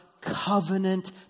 covenant